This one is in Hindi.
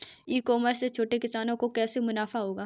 ई कॉमर्स से छोटे किसानों को कैसे मुनाफा होगा?